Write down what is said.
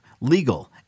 legal